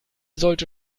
sollte